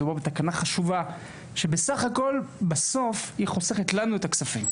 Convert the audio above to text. מדובר בתקנה חשובה שבסך הכל בסופו של דבר היא חוסכת לנו את הכספים.